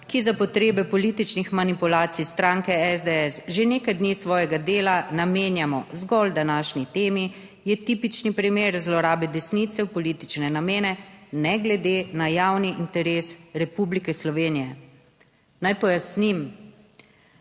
ki za potrebe političnih manipulacij stranke SDS že nekaj dni svojega dela namenjamo zgolj današnji temi, je tipičen primer zlorabe desnice v politične namene, ne glede na javni interes Republike Slovenije. Naj pojasnim.